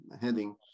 heading